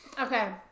Okay